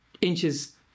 inches